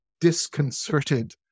disconcerted